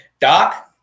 doc